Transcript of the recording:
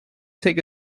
take